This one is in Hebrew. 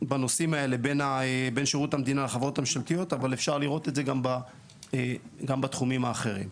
בנושאים האלה אבל אפשר לראות את זה גם בתחומים האחרים.